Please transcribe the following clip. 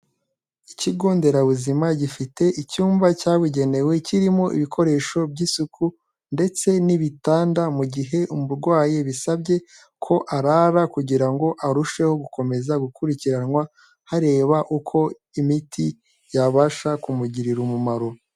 Ikigo nderabuzima gifite icyumba cyabugenewe kirimo ibikoresho by'isuku ndetse n'ibitanda mu gihe umurwayi bisabye ko arara kugira ngo arusheho gukomeza gukurikiranwa, hareba uko imiti yabasha kumugirira umumaro.